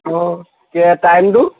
অঁ টাইমটো